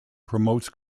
promotes